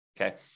okay